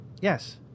yes